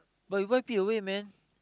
but you wipe it away man